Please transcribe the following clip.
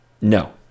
no